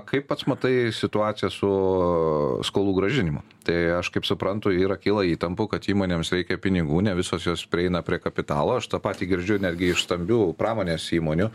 kai pats matai situaciją su skolų grąžinimu tai aš kaip suprantu yra kyla įtampų kad įmonėms reikia pinigų ne visos jos prieina prie kapitalo aš tą patį girdžiu netgi iš stambių pramonės įmonių